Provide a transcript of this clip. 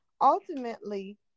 Ultimately